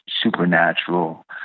supernatural